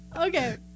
Okay